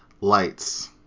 lights